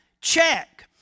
check